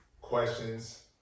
Questions